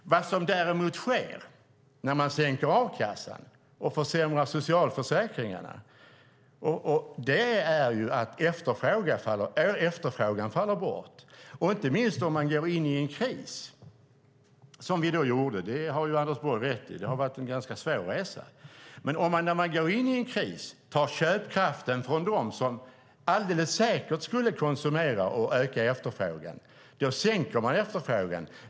Vad som däremot sker när man sänker a-kassan och försämrar socialförsäkringarna är att efterfrågan faller bort, inte minst om man går in i en kris som vi gjorde. Anders Borg har rätt i att det har varit en ganska svår resa, men man sänker efterfrågan om man när man går in i en kris tar köpkraften från dem som alldeles säkert skulle konsumera och öka efterfrågan.